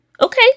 Okay